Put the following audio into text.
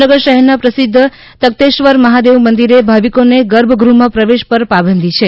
ભાવનગર શહેરના પ્રસિદ્ધ તખતેશ્વર મહાદેવમંદિરે ભાવિકોને ગર્ભગૃહમાં પ્રવેશ પર પાબંધી છે